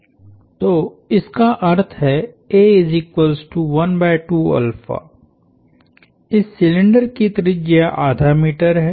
तो इसका अर्थ है इस सिलिंडर की त्रिज्या आधा मीटर है